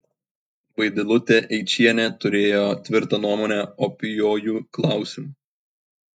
vaidilutė eičienė turėjo tvirtą nuomonę opiuoju klausimu